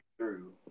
True